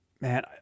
Man